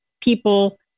people